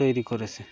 তৈরি করেছে